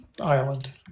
Island